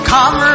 Come